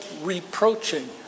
reproaching